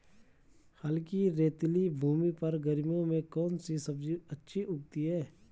हल्की रेतीली भूमि पर गर्मियों में कौन सी सब्जी अच्छी उगती है?